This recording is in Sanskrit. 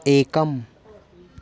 एकम्